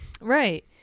right